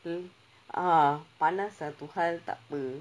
the ah vanessa to her debut